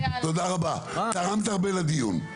תודה רבה, תרמת הרבה לדיון.